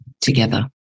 together